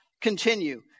continue